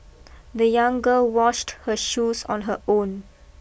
the young girl washed her shoes on her own